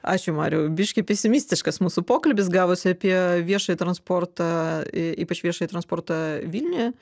ačiū mariau biškį pesimistiškas mūsų pokalbis gavosi apie viešąjį transportą ypač viešąjį transportą vilniuje